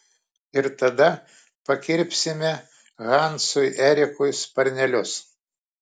ir tada pakirpsime hansui erikui sparnelius